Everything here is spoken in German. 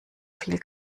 viel